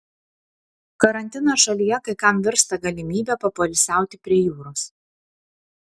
karantinas šalyje kai kam virsta galimybe papoilsiauti prie jūros